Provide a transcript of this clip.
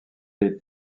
les